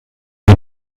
die